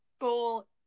goal